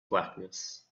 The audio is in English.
blackness